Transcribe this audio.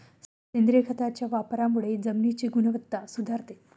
सेंद्रिय खताच्या वापरामुळे जमिनीची गुणवत्ता सुधारते